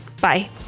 Bye